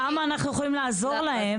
כמה אנחנו יכולים עזור להן?